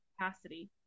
capacity